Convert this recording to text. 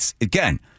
again